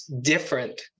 different